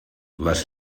les